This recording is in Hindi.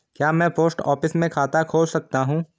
क्या मैं पोस्ट ऑफिस में खाता खोल सकता हूँ?